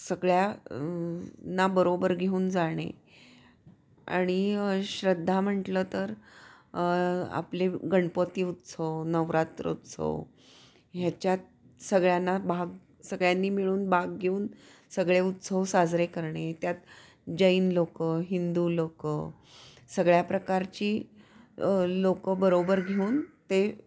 सगळ्या ना बरोबर घेऊन जाणे आणि श्रद्धा म्हटलं तर आपले गणपती उत्सव नवरात्र उत्सव ह्याच्यात सगळ्यांना भाग सगळ्यांनी मिळून भाग घेऊन सगळे उत्सव साजरे करणे त्यात जैन लोक हिंदू लोक सगळ्या प्रकारची लोकं बरोबर घेऊन ते